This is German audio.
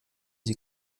sie